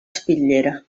espitllera